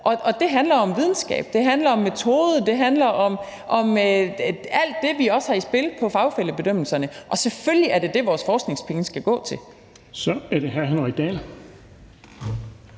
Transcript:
og det handler om videnskab, det handler om metode, og det handler om alt det, vi også har i spil i fagfællebedømmelserne, og selvfølgelig er det det, vores forskningspenge skal gå til. Kl. 14:15 Den fg.